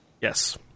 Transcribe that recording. Yes